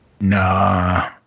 Nah